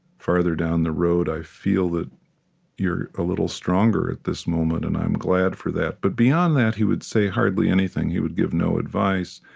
farther down the road, i feel that you're a little stronger at this moment, and i'm glad for that. but beyond that, he would say hardly anything. he would give no advice.